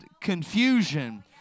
confusion